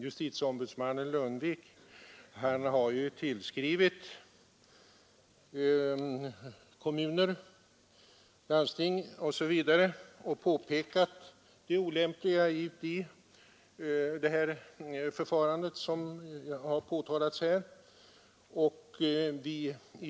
Justitieombudsmannen Lundvik har ju tillskrivit kommuner, landsting osv. och påpekat det olämpliga i det förfarande som här påtalats.